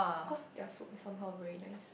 cause their soup is somehow really nice